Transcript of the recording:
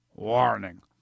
Warning